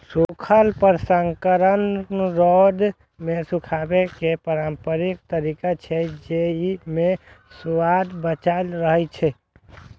सूखल प्रसंस्करण रौद मे सुखाबै केर पारंपरिक तरीका छियै, जेइ मे सुआद बांचल रहै छै